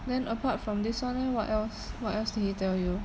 then apart from this leh what else what else did he tell you